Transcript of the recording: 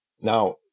Now